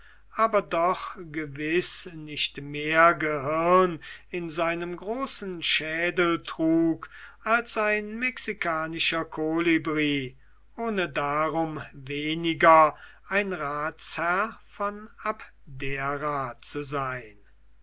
aber doch gewiß nicht mehr gehirn in seinem großen schädel trug als ein mexicanischer colibri ohne darum weniger ein ratsherr von abdera zu sein